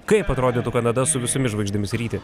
kaip atrodytų kanada su visomis žvaigždėmis ryti